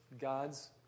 God's